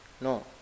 No